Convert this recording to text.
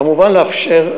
כמובן לאפשר,